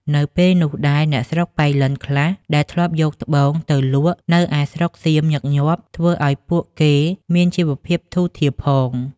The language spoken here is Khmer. នៅពេលនោះដែរអ្នកស្រុកប៉ៃលិនខ្លះ ដែលធ្លាប់យកត្បូងទៅលក់នៅឯស្រុកសៀមញឹកញាប់ ធ្វើឲ្យពួកគេមានជីវភាពធូរធារផង។